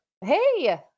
Hey